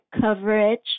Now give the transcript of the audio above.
coverage